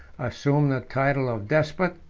assumed the title of despot,